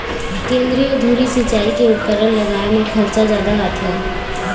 केंद्रीय धुरी सिंचई के उपकरन लगाए म खरचा जादा आथे